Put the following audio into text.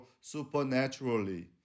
supernaturally